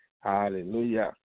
Hallelujah